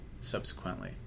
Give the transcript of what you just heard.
subsequently